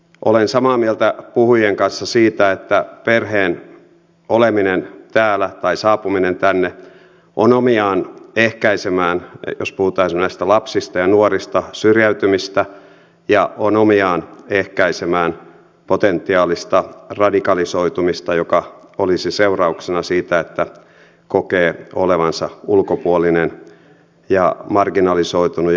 olen samaa mieltä puhujien kanssa siitä että perheen oleminen täällä tai saapuminen tänne on omiaan ehkäisemään jos puhutaan esimerkiksi näistä lapsista ja nuorista syrjäytymistä ja on omiaan ehkäisemään potentiaalista radikalisoitumista joka olisi seurauksena siitä että kokee olevansa ulkopuolinen marginalisoitunut ja yksin